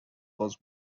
was